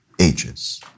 Ages